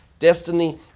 Destiny